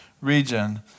region